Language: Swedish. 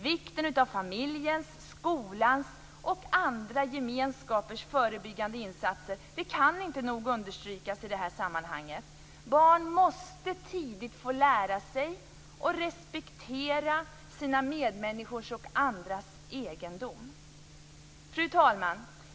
Vikten av familjens, skolans och andra gemenskapers förebyggande insatser kan inte nog understrykas i detta sammanhang. Barn måste tidigt få lära sig att respektera sina medmänniskors och andras egendom. Fru talman!